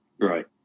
Right